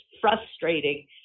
frustrating